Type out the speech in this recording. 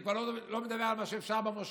אני כבר לא מדבר על מה שאפשר במושב,